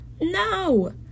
No